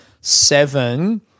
seven